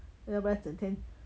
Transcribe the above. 要不然整天